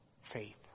faith